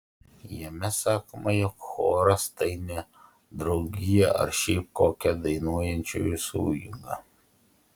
jame sakoma jog choras tai ne draugija ar šiaip kokia dainuojančių sueiga